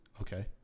Okay